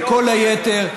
וכל היתר,